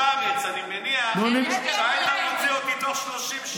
אני מניח שהיית מוציא אותי תוך 30 שניות,